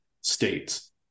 states